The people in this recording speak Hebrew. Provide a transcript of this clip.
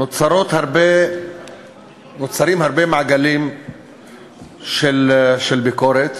נוצרים הרבה מעגלים של ביקורת,